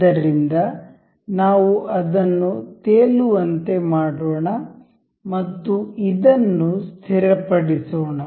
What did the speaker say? ಆದ್ದರಿಂದ ನಾವು ಅದನ್ನು ತೇಲುವಂತೆ ಮಾಡೋಣ ಮತ್ತು ಇದನ್ನು ಸ್ಥಿರಪಡಿಸೋಣ